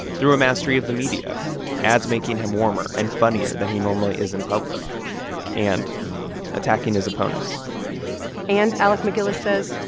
through a mastery of the media ads making him warmer and funnier than he normally is in public and attacking his opponents and, alec macgillis says,